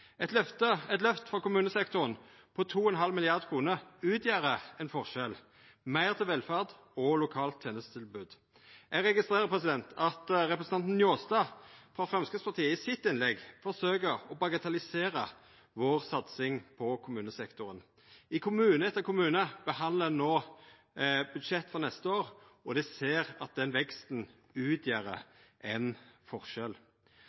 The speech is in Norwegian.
Eit løft for kommunesektoren på 2,5 mrd. kr utgjer ein forskjell – meir til velferd og lokalt tenestetilbod. Eg registrerer at representanten Njåstad frå Framstegspartiet forsøker å bagatellisera vår satsing på kommunesektoren. I kommune etter kommune behandlar ein no budsjett for neste år, og dei ser at den veksten utgjer ein forskjell.